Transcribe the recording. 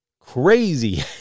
Crazy